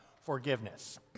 forgiveness